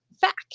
fact